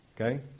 Okay